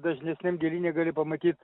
dažnesniam gėlyne gali pamatyt